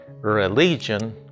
religion